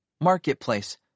Marketplace